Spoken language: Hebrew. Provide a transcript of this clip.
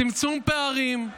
צמצום פערים,